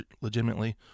legitimately